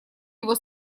его